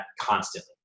constantly